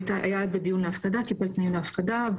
היה בדיון להפקדה, קיבל תנאים להפקדה.